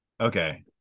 okay